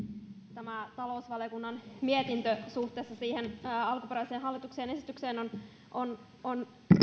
tämä talousvaliokunnan mietintö suhteessa alkuperäiseen hallituksen esitykseen on on